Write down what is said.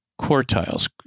quartiles